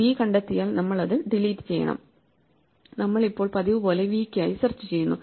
V കണ്ടെത്തിയാൽ നമ്മൾ അത് ഡിലീറ്റ് ചെയ്യണം നമ്മൾ ഇപ്പോൾ പതിവുപോലെ v ക്കായി സെർച്ച് ചെയ്യുന്നു